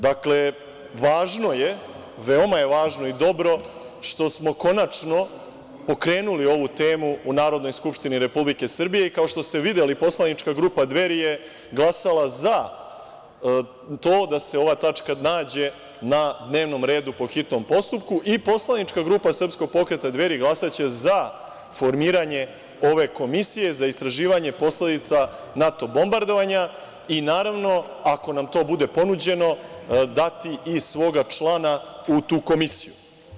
Dakle, važno je, veoma je važno i dobro što smo konačno pokrenuli ovu temu u Narodnoj skupštini Republike Srbije i kao što ste videli, poslanička grupa Dveri je glasala za to da se ova tačka nađe na dnevnom redu po hitnom postupku i poslanička grupa srpskog pokreta Dveri glasaće za formiranje ove komisije za istraživanje posledica NATO bombardovanja i naravno, ako nam to bude ponuđeno, dati i svog člana u tu komisiju.